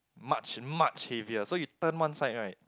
much much heavier so you turn one side right